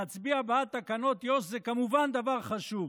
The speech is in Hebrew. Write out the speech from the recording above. להצביע בעד תקנות יו"ש זה כמובן דבר חשוב,